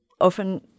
often